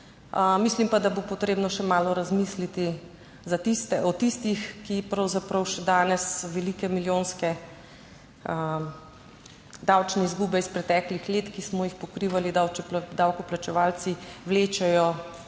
Mislim pa, da bo potrebno še malo razmisliti za tiste, o tistih, ki pravzaprav še danes velike milijonske davčne izgube iz preteklih let, ki smo jih pokrivali davkoplačevalci, vlečejo